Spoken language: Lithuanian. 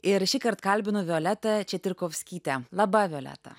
ir šįkart kalbinu violetą četyrkovskytę laba violeta